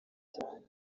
cyane